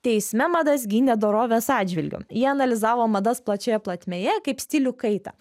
teisme madas gynė dorovės atžvilgiu ji analizavo madas plačioje plotmėje kaip stilių kaitą